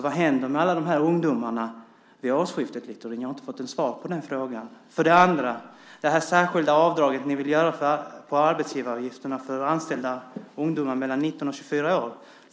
Vad händer med alla de här ungdomarna vid årsskiftet? Jag har inte fått svar på den frågan. För det andra: Den 1 juli 2007 vill ni införa ett särskilt avdrag på arbetsavgifterna för att anställa ungdomar mellan 19 och 24 år.